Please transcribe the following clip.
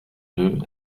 deux